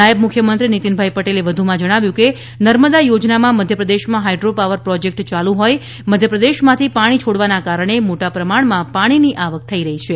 નાયબ મુખ્યમંત્રી નીતિનભાઈ પટેલે જણાવ્યું છે કે નર્મદા યોજનામાં મધ્યપ્રદેશમાં હાઈડ્રો પાવર પ્રોજેકટ ચાલુ હોઈ મધ્યપ્રદેશમાંથી પાણી છોડવાના કારણે મોટા પ્રમાણમાં પાણીની આવક થઈ રહી છે